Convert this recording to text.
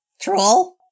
Troll